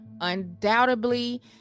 Undoubtedly